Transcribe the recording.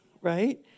right